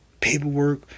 paperwork